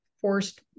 forced